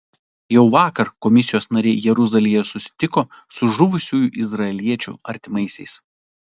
jau vakar komisijos nariai jeruzalėje susitiko su žuvusių izraeliečių artimaisiais